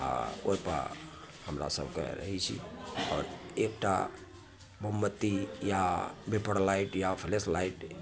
आ ओहि पर हमरा सबके रहैत छी आओर एकटा मोमबत्ती या भेपर लाइट या फ्लेश लाइट